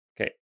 Okay